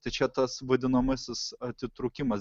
tai čia tas vadinamasis atitrūkimas